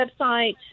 website